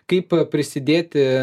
kaip prisidėti